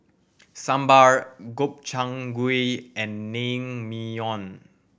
Sambar Gobchang Gui and Naengmyeon